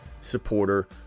supporter